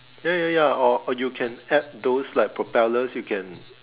ya ya ya or or you can add those like propellers you can